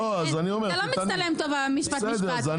זה לא מצטלם טוב המשפט משפט.